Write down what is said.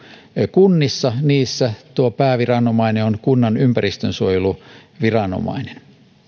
kunnissa pääviranomainen on kunnan ympäristönsuojeluviranomainen